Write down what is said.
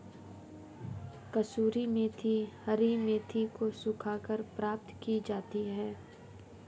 कसूरी मेथी हरी मेथी को सुखाकर प्राप्त की जाती है